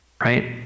right